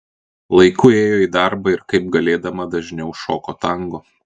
laiku ėjo į darbą ir kaip galėdama dažniau šoko tango